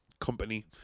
company